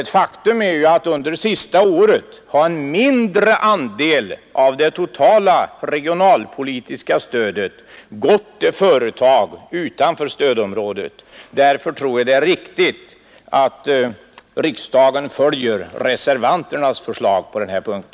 Ett faktum är ju att under det senaste året har en mindre andel av det totala regionalpolitiska stödet gått till företag utanför stödområdet. Därför tror vi att det är riktigt att riksdagen följer reservanternas förslag på denna punkt.